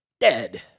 dead